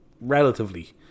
relatively